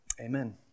Amen